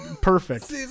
Perfect